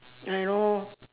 I know